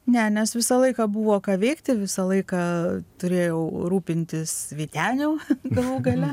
ne nes visą laiką buvo ką veikti visą laiką turėjau rūpintis vyteniu galų gale